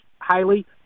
highly